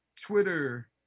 Twitter